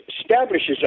establishes